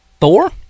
Thor